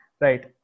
right